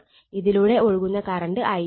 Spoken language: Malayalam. ഇതിലൂടെ ഒഴുകുന്ന കറണ്ട് I ആണ്